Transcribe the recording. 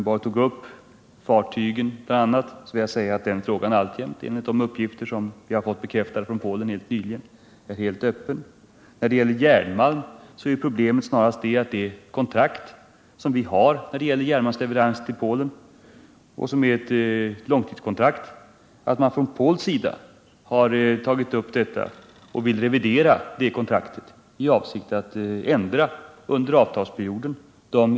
Beträffande fartygen vill jag säga att den frågan alltjämt, enligt uppgifter som vi har fått bekräftade från Polen, i allt väsentligt är öppen. När det gäller järnmalm är problemet snarast att man från polski håll har tagit upp vårt kontrakt med Polen, som är eu långtidskontrakt, och vill revidera de överenskomna villkoren under avtalsperioden.